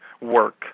work